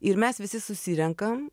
ir mes visi susirenkam